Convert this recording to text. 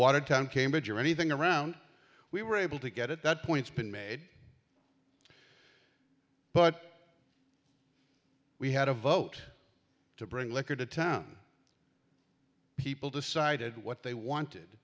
watertown cambridge or anything around we were able to get at that points been made but we had a vote to bring liquor to town people decided what they wanted